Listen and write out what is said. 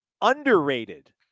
underrated